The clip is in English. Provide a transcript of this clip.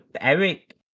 Eric